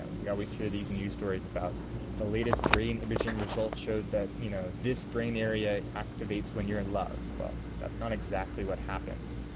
and we always hear these news stories about the latest brain imaging results shows that you know this brain area activates when you're in love. well, that's not exactly what happens.